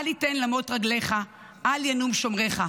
אל יִתן למוט רגליך אל ינום שֹמרך.